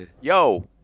Yo